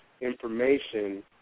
information